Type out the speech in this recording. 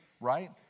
right